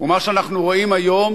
ומה שאנחנו רואים היום